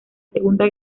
segunda